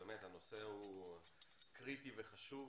באמת, הנושא הוא קריטי וחשוב,